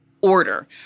order